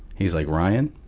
he's like, ryan,